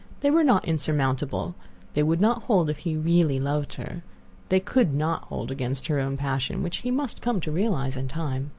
they were not insurmountable they would not hold if he really loved her they could not hold against her own passion, which he must come to realize in time.